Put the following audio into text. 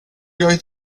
oedd